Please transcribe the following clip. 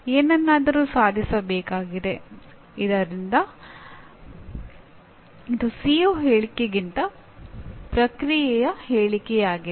ಏನನ್ನಾದರೂ ಸಾಧಿಸಬೇಕಾಗಿದೆ ಆದ್ದರಿಂದ ಇದು ಸಿಒ ಹೇಳಿಕೆಗಿಂತ ಪ್ರಕ್ರಿಯೆಯ ಹೇಳಿಕೆಯಾಗಿದೆ